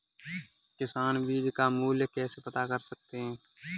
किसान बीज का मूल्य कैसे पता कर सकते हैं?